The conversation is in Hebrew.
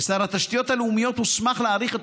ושר התשתיות הלאומיות הוסמך להאריך את